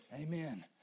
Amen